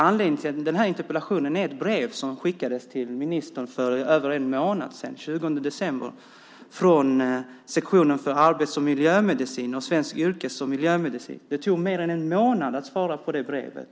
Anledningen till den här interpellationen är ett brev som skickades till ministern för över en månad sedan, den 20 december, från Svenska Läkaresällskapet, sektionen för arbets och miljömedicin, och Svensk yrkes och miljömedicinsk förening, Sveriges läkarförbund. Det tog mer än en månad att svara på det brevet.